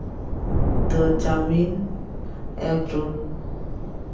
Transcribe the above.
ᱛᱳ ᱪᱟᱣᱢᱤᱱ ᱮᱜᱽᱨᱳᱞ